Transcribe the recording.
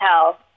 tell